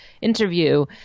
interview